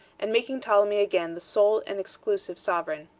and making ptolemy again the sole and exclusive sovereign.